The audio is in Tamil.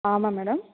ஆமாம் மேடம்